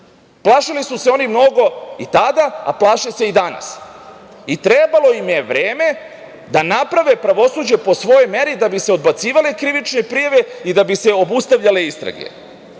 izbore. Plašili su se oni mnogo i tada, a plaše se i danas. I trebalo im je vreme da naprave pravosuđe po svojoj meri da bi se odbacivale krivične prijave i da bi se obustavljale istrage. Znate,